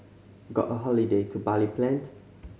got a holiday to Bali planned